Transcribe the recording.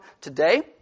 today